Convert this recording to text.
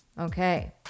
Okay